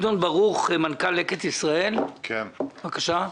גדעון כרוך, מנכ"ל לקט ישראל, בבקשה,